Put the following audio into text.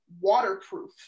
waterproof